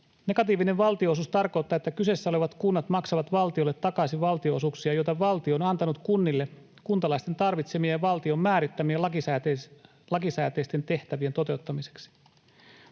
Negatiivinen valtionosuus tarkoittaa, että kyseessä olevat kunnat maksavat valtiolle takaisin valtionosuuksia, joita valtio on antanut kunnille kuntalaisten tarvitsemien, valtion määrittämien lakisääteisten tehtävien toteuttamiseksi.